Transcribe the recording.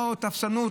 לא תפסנות,